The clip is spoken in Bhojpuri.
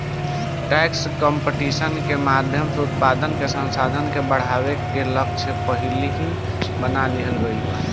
टैक्स कंपटीशन के माध्यम से उत्पादन के संसाधन के बढ़ावे के लक्ष्य पहिलही बना लिहल गइल बा